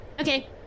Okay